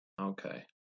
Okay